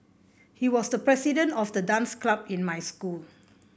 he was the president of the dance club in my school